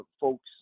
folks